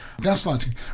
Gaslighting